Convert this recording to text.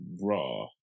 Raw